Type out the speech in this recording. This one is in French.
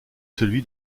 celui